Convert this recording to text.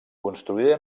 construïda